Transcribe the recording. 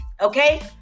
Okay